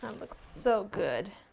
um looks so good.